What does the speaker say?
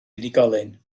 unigolyn